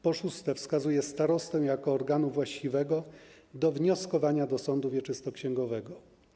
Po szóste, wskazuje się starostę jako organ właściwy do wnioskowania do sądu wieczystoksięgowego.